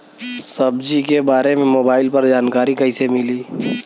सब्जी के बारे मे मोबाइल पर जानकारी कईसे मिली?